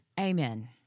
Amen